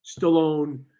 Stallone